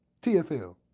TFL